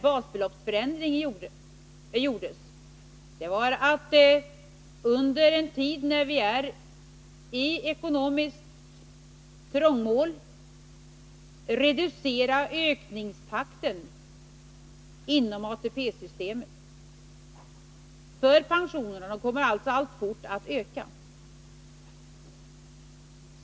Basbeloppsförändringen gjordes för att under en tid i ekonomiskt trångmål reducera ökningstakten inom ATP-systemet, för pensionerna kommer alltfort att öka.